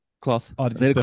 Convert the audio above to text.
Cloth